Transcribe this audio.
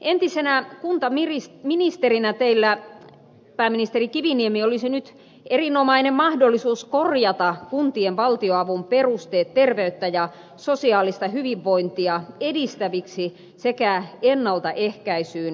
entisenä kuntaministerinä teillä pääministeri kiviniemi olisi nyt erinomainen mahdollisuus korjata kuntien valtionavun perusteet terveyttä ja sosiaalista hyvinvointia edistäviksi sekä ennaltaehkäisyyn kannustaviksi